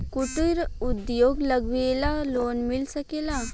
कुटिर उद्योग लगवेला लोन मिल सकेला?